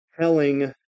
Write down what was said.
telling